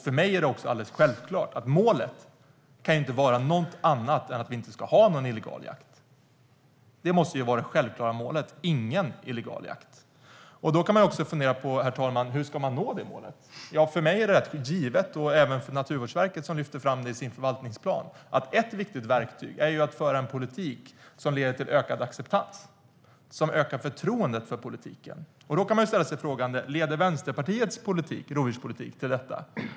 För mig är det alldeles självklart att målet inte kan vara något annat än att vi inte ska ha någon illegal jakt. Det självklara målet måste vara ingen illegal jakt. Då kan man fundera på, herr talman, hur man ska nå det målet. För mig är det rätt givet, och även för Naturvårdsverket som lyfter fram det i sin förvaltningsplan, att ett viktigt verktyg är att föra en politik som leder till ökad acceptans, som ökar förtroendet för politiken. Då kan man ställa sig frågan: Leder Vänsterpartiets rovdjurspolitik till detta?